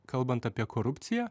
kalbant apie korupciją